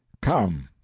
come!